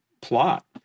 plot